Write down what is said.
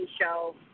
show